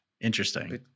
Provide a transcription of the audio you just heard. Interesting